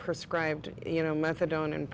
scribed you know methadone and